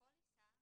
הפוליסה